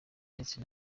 ndetse